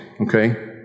okay